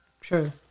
True